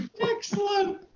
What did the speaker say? Excellent